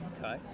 Okay